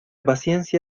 paciencia